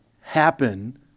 happen